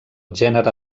gènere